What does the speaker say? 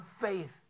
faith